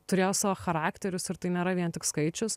turėjo savo charakterius ir tai nėra vien tik skaičius